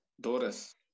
Doris